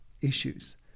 issues